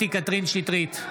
שטרית,